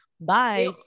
Bye